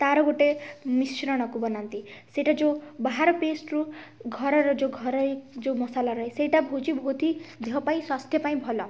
ତା'ର ଗୋଟେ ମିଶ୍ରଣକୁ ବନାନ୍ତି ସେଇଟା ଯେଉଁ ବାହାର ପେଷ୍ଟରୁ ଘରର ଯେଉଁ ଘରୋଇ ଯେଉଁ ମସଲା ରହେ ସେଇଟା ହେଉଛି ବହୁତ ହି ଦେହ ପାଇଁ ସ୍ବାସ୍ଥ୍ୟ ପାଇଁ ଭଲ